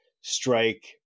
strike